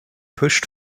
pushed